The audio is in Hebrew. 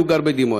והוא גר בדימונה: